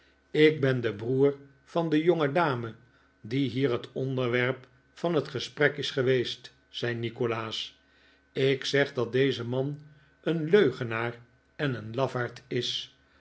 ik ben de broer van de jongedame die hier het onderwerp van het gesprek is geweest zei nikolaas ik zeg dat deze man een leugenaar en een lafaard is